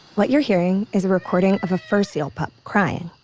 what you're hearing is a recording of a fur seal pup crying.